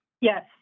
Yes